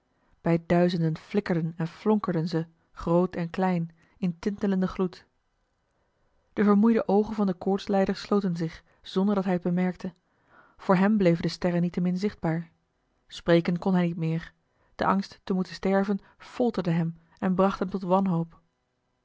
bij duizenden flikkerden en flonkerden ze groot en klein in tintelenden gloed de vermoeide oogen van den koortslijder sloten zich zonder dat hij het bemerkte voor hem bleven de sterren niettemin zichtbaar spreken kon hij niet meer de angst te moeten sterven folterde hem en bracht hem tot wanhoop